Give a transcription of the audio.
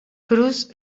cruz